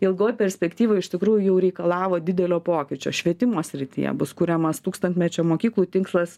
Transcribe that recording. ilgoj perspektyvoj iš tikrųjų jau reikalavo didelio pokyčio švietimo srityje bus kuriamas tūkstantmečio mokyklų tinklas